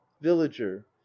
villager